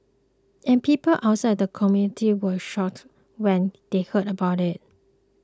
and people outside the community are shocked when they hear about it